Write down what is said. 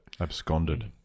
Absconded